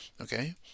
okay